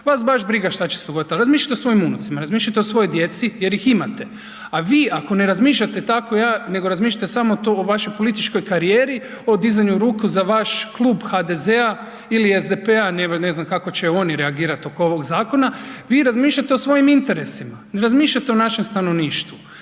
vas baš briga šta će se dogoditi, ali razmišljajte o svojim unucima, razmišljajte o svojoj djeci jer ih imate. A vi ako ne razmišljate tako nego razmišljate samo o vašoj političkoj karijeri, o dizanju ruku za vaš klub HDZ-a ili SDP-a ne znam kako će oni reagirati oko ovog zakona vi razmišljate o svojim interesima, ne razmišljate o našem stanovništvu.